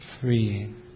freeing